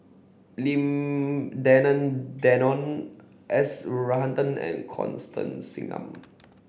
Lim Denan Denon S Varathan and Constance Singam